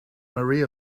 maria